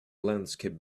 landscape